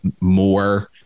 more